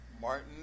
Martin